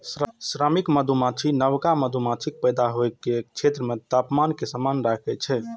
श्रमिक मधुमाछी नवका मधुमाछीक पैदा होइ के क्षेत्र मे तापमान कें समान राखै छै